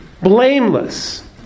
blameless